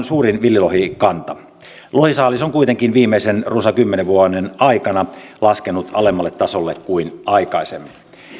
suurin villilohikanta lohisaalis on kuitenkin viimeisen runsaan kymmenen vuoden aikana laskenut alemmalle tasolle kuin aikaisemmin